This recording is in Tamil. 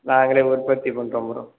நாங்களே உற்பத்தி பண்ணுறோம் ப்ரோ